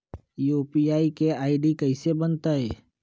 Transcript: UPI के ID कैसे बनतई?